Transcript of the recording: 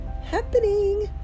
happening